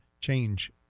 change